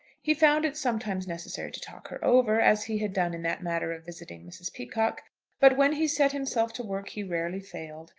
he found it sometimes necessary to talk her over, as he had done in that matter of visiting mrs. peacocke but when he set himself to work he rarely failed.